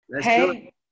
Hey